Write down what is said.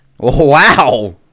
Wow